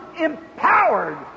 empowered